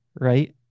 Right